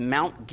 Mount